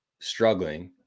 struggling